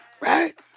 Right